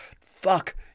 Fuck